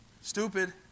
stupid